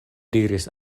diris